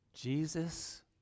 Jesus